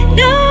no